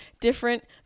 different